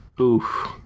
Oof